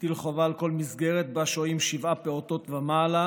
מטיל חובה על כל מסגרת שבה שוהים שבעה פעוטות ומעלה,